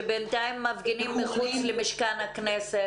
שבינתיים מפגינים מחוץ למשכן הכנסת.